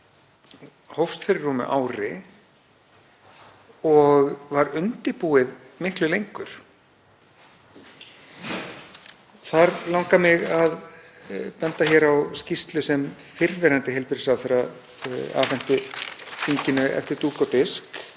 hófst fyrir rúmu ári og var undirbúið miklu lengur. Þar langar mig að benda á skýrslu sem fyrrverandi heilbrigðisráðherra afhenti þinginu eftir dúk og disk